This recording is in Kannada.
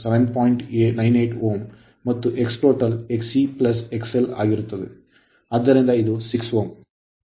98 Ω ಮತ್ತು X total Xe X L ಆಗಿರುತ್ತದೆ ಆದ್ದರಿಂದ ಇದು 6 Ω